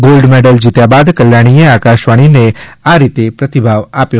gold medal જીત્યા બાદ કલ્યાણીએ આકાશવાણીને આ રીતે પ્રતિભાવ આપ્યો